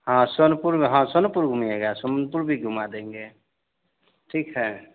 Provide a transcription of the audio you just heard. हाँ सोनपुर में हाँ सोनपुर घूमिएगा सोनपुर भी घुमा देंगे ठीक है